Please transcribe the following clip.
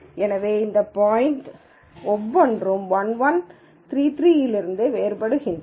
எனவே இந்த பாய்ன்ட்கள் ஒவ்வொன்றும் 1 1 3 3 இலிருந்து வேறுபடுகின்றன